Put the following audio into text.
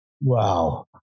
Wow